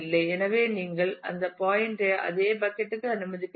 எனவே நீங்கள் அந்த பாயின்ட யை அதே பக்கட் க்கு அனுமதிக்கிறீர்கள்